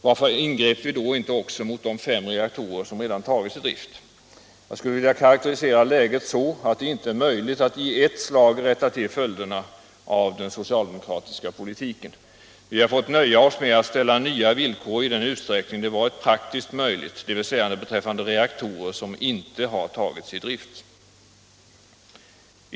Varför ingrep vi då inte också mot de fem reaktorer som redan tagits i drift? Jag skulle vilja karakterisera läget så att det inte är möjligt att i ett slag rätta till följderna av den socialdemokratiska politiken. Vi har fått nöja oss med att ställa nya villkor i den utsträckning det varit praktiskt möjligt, dvs. beträffande reaktorer som inte har tagits i drift.